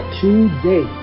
today